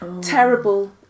terrible